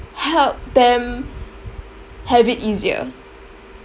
help them have it easier